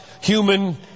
human